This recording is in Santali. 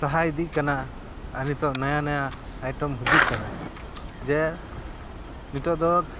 ᱛᱟᱦᱮᱸ ᱤᱫᱤᱜ ᱠᱟᱱᱟ ᱟᱨ ᱱᱤᱛᱳᱜ ᱱᱟᱣᱟ ᱱᱟᱭᱴᱮᱢ ᱦᱤᱡᱩᱜ ᱠᱟᱱᱟ ᱡᱮ ᱱᱤᱛᱳᱜ ᱫᱚ